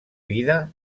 vida